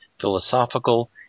philosophical